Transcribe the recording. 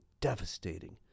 devastating